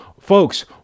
Folks